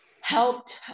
helped